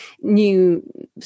new